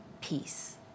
peace